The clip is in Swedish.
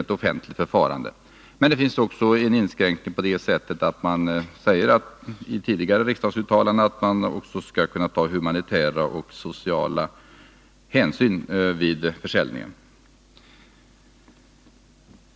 Men det finns genom tidigare riksdagsuttalanden också en inskränkning i rätten på så sätt att man även skall ta humanitära och sociala hänsyn vid försäljningen.